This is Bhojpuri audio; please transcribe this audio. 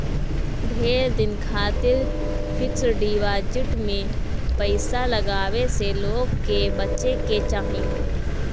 ढेर दिन खातिर फिक्स डिपाजिट में पईसा लगावे से लोग के बचे के चाही